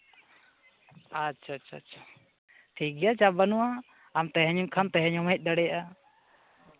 ᱟᱪᱪᱷᱟ ᱟᱪᱪᱷᱟ ᱴᱷᱤᱠ ᱜᱮᱭᱟ ᱪᱟᱯ ᱵᱟᱹᱱᱩᱜᱼᱟ ᱟᱢ ᱛᱮᱦᱤᱧ ᱠᱷᱟᱱ ᱛᱮᱦᱤᱧ ᱦᱚᱢ ᱦᱮᱡ ᱫᱟᱲᱮᱭᱟᱜᱼᱟ